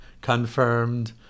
confirmed